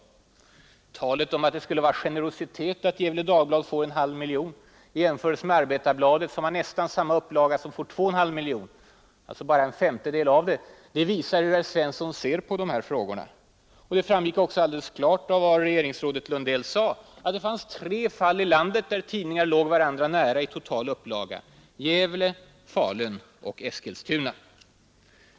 Herr Svensson säger att det skulle vara ”generositet” att Gefle Dagblad får en halv miljon kronor. Arbetarbladet, som har nästan samma upplaga, får två och en halv miljoner. Gefle Dagblad får alltså bara en femtedel av den summan — det visar hur herr Svensson ser på de här frågorna. Det framgick också alldeles klart av vad regéringsrådet Lundell sade att det fanns tre fall i landet, där tidningar låg varandra nära i total upplaga: nämligen i Gävle, Falun och Eskilstuna.